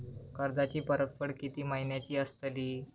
कर्जाची परतफेड कीती महिन्याची असतली?